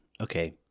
Okay